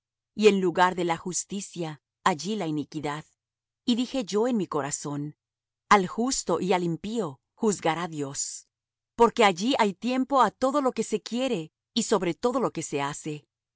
y en lugar de la justicia allí la iniquidad y dije yo en mi corazón al justo y al impío juzgará dios porque allí hay tiempo á todo lo que se quiere y sobre todo lo que se hace